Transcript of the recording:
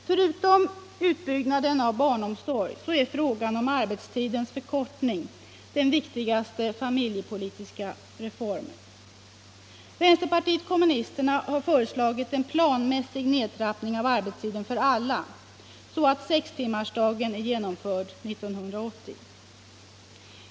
Förutom utbyggnaden av barnomsorgen är frågan om arbetstidens förkortning den viktigaste familjepolitiska reformen. Vänsterpartiet kommunisterna har föreslagit en planmässig nedtrappning av arbetstiden för alla så att sextimmarsadagen är genomförd 1980.